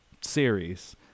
series